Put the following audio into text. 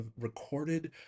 recorded